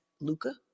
Luca